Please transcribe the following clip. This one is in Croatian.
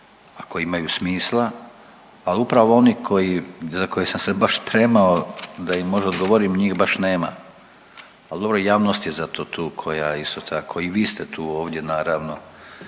ako imaju smisla, al upravo oni za koje sam se baš spremao da im možda odgovorim njih baš nema, ali dobro javnost je zato to koja isto tako i vi ste tu naravno